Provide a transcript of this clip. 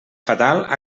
fatal